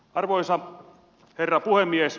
arvoisa herra puhemies